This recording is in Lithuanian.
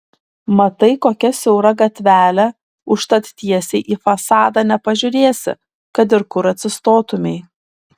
matai kokia siaura gatvelė užtat tiesiai į fasadą nepažiūrėsi kad ir kur atsistotumei